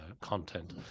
content